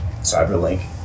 CyberLink